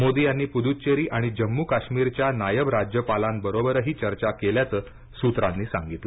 मोदी यांनी पुद्च्चेरी आणि जम्मू काश्मीरच्या नायब राज्यपालांबरोबरही चर्चा केल्याचं सूत्रांनी सांगितलं